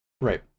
Right